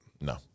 no